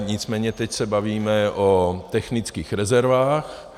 Nicméně teď se bavíme o technických rezervách.